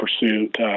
pursuit